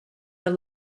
the